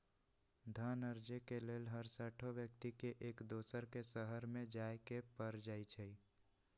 धन अरजे के लेल हरसठ्हो व्यक्ति के एक दोसर के शहरमें जाय के पर जाइ छइ